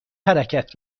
حرکت